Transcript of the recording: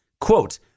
Quote